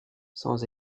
sans